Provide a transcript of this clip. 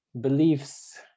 beliefs